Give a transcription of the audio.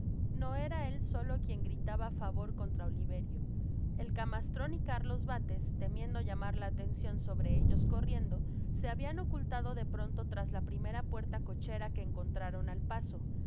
no era él solo quien gritaba favor contra oliverio el camastron y garlos bates temiendo llamar la atencion sobre ellos corriendo se habian ocultado de pronto tras la primera puerta cochera que encoutraron al paso